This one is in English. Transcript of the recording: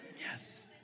Yes